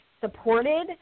supported